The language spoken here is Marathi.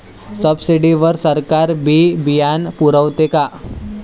सब्सिडी वर सरकार बी बियानं पुरवते का?